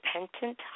repentant